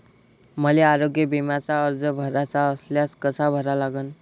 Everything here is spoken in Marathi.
मले आरोग्य बिम्याचा अर्ज भराचा असल्यास कसा भरा लागन?